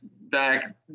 back